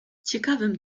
ciekawym